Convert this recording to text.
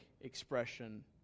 expression